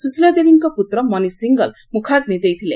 ସୁଶୀଳା ଦେବୀଙ୍କ ପୁତ୍ର ମନିଷ ସିଙ୍ଗଲ ମୁଖାଗ୍ନି ଦେଇଥିଲେ